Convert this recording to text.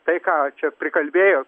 tai ką čia prikalbėjo